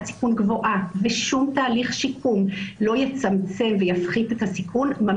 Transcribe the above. אז צריך ללכת פה על האמצעי שפגיעתו פחותה.